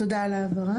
תודה על ההבהרה.